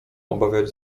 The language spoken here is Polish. obawiać